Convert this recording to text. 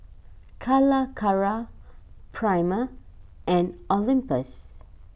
Calacara Prima and Olympus